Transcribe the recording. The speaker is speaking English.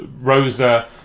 Rosa